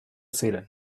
ziren